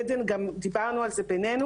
עדן גם דיברנו על זה ביננו,